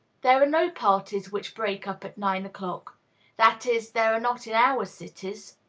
there are no parties which break up at nine o'clock that is, there are not in our cities.